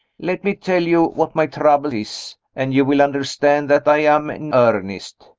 let me tell you what my trouble is, and you will understand that i am in earnest.